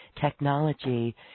technology